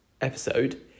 episode